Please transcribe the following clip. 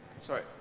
Sorry